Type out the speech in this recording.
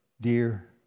dear